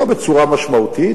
לא בצורה משמעותית,